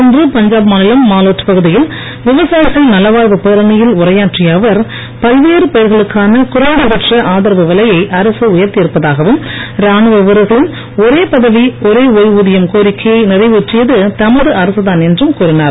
இன்று பஞ்சாப் மாநிலம் மாலோட் பகுதியில் விவசாயிகள் நலவாழ்வு பேரணியில் உரையாற்றிய அவர் பல்வேறு பயிர்களுக்கான குறைந்த பட்ச ஆதரவு விலையை அரசு உயர்த்தி இருப்பதாகவும் ராணுவ வீரர்களின் ஒரே பதவி ஒரே ஓய்வூதியம் கோரிக்கையை நிறைவேற்றியது தமது அரசு தான் என்றும் கூறினார்